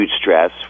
stress